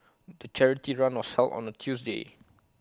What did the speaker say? the charity run was held on A Tuesday